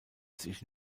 sich